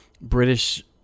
British